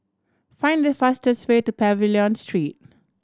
find the fastest way to Pavilion Street